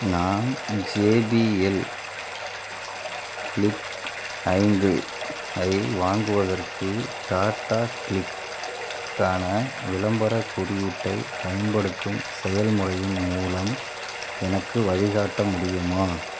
நான் J B L flip ஐந்து ஐ வாங்குவதற்கு டாடா க்ளிக் க்கான விளம்பரக் குறியீட்டைப் பயன்படுத்தும் செயல்முறையின் மூலம் எனக்கு வழிகாட்ட முடியுமா